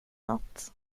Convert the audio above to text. något